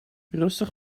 rustig